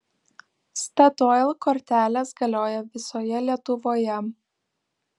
statoil kortelės galioja visoje lietuvoje